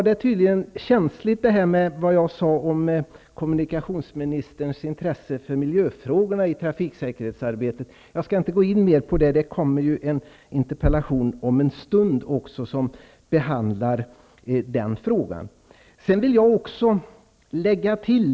Det jag sade om kommunikationsministerns intresse för miljöfrågorna i trafiksäkerhetsarbetet var tydligen känsligt. Jag skall inte gå in mer på det nu -- det kommer en interpellationsdebatt om en stund som behandlar den frågan.